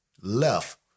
left